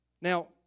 Now